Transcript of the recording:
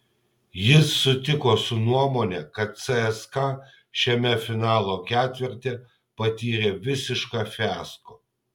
jis sutiko su nuomone kad cska šiame finalo ketverte patyrė visišką fiasko